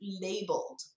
labeled